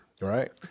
right